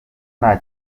nta